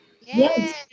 Yes